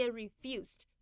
refused